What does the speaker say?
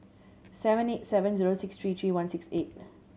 seven eight seven zero six three three one six eight